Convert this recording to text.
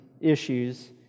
issues